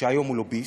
שהיום הוא לוביסט,